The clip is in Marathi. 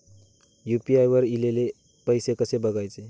यू.पी.आय वर ईलेले पैसे कसे बघायचे?